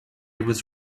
was